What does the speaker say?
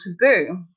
taboo